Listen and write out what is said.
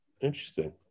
Interesting